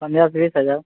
पंद्रह से बीस हजार